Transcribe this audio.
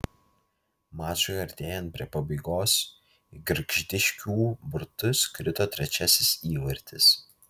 mačui artėjant prie pabaigos į gargždiškių vartus krito trečiasis įvartis